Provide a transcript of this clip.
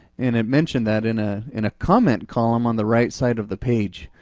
and it mentioned that in ah in a comment column on the right side of the page,